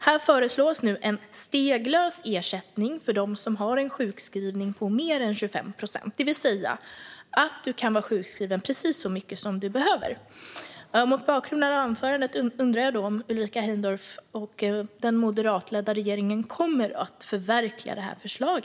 Här föreslås en steglös ersättning för dem som har en sjukskrivning på mer än 25 procent så att man kan vara sjukskriven precis så mycket man behöver. Mot bakgrund av anförandet undrar jag om Ulrika Heindorff och den moderatledda regeringen kommer att förverkliga detta förslag.